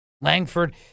Langford